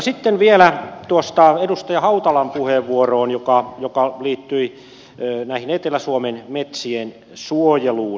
sitten vielä tuohon edustaja hautalan puheenvuoroon joka liittyi näiden etelä suomen metsien suojeluun